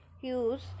Use